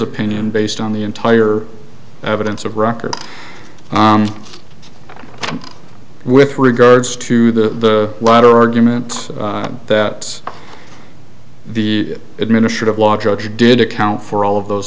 opinion based on the entire evidence of record with regards to the latter argument that the administrative law judge did account for all of those